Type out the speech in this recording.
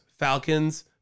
Falcons